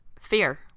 fear